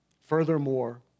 Furthermore